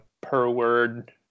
per-word